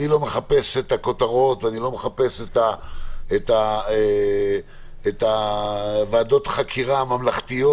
אני לא מחפש את הכותרות ואני לא מחפש את ועדות החקירה הממלכתיות,